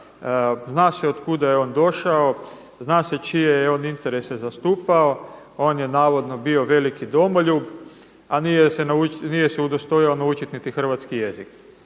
zna se od kuda je on došao, zna se čije je interese on zastupao. On je navodno bio veliki domoljub, a nije se udostojao naučiti niti hrvatski jezik.